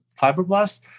fibroblasts